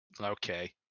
Okay